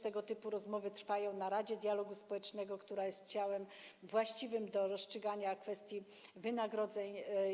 Tego typu rozmowy trwają również w Radzie Dialogu Społecznego, która jest ciałem właściwym do rozstrzygania kwestii wynagrodzeń.